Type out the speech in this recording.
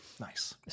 Nice